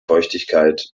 feuchtigkeit